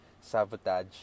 sabotage